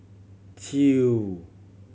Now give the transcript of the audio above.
two